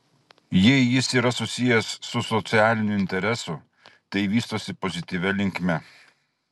jei jis yra susijęs su socialiniu interesu tai vystosi pozityvia linkme